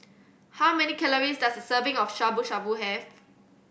how many calories does a serving of Shabu Shabu have